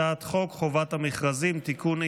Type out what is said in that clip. אני קובע כי הצעת חוק חובת המכרזים (תיקון,